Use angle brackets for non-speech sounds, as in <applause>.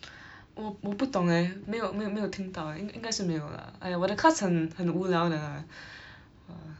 <breath> 我不懂 leh 没有没有没有听到 eh 应应该是没有啦哎呀我的 class 很很无聊的啦 <breath> !wah!